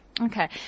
Okay